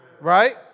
right